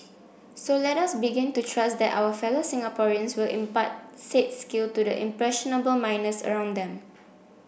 so let us begin to trust that our fellow Singaporeans will impart said skill to the impressionable minors around them